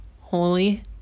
holy